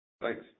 Thanks